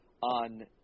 on